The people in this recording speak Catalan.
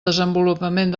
desenvolupament